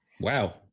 Wow